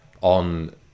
on